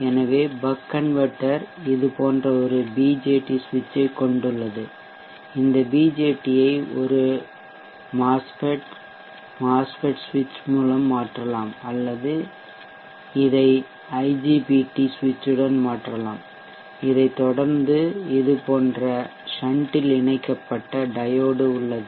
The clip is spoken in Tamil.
எனவே பக் கன்வெர்ட்டர் இது போன்ற ஒரு பிஜேடி சுவிட்சைக் கொண்டுள்ளது இந்த பிஜேடியை ஒரு மாஸ்ஃபெட் மாஸ்ஃபெட் சுவிட்ச் மூலம் மாற்றலாம் அல்லது இதை ஐஜிபிடி சுவிட்சுடன் மாற்றலாம் இதைத் தொடர்ந்து இது போன்ற ஷண்டில் இணைக்கப்பட்ட டையோடு உள்ளது